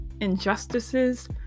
injustices